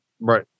Right